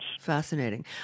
Fascinating